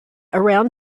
around